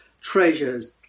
treasures